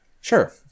Sure